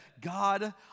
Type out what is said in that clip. God